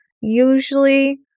usually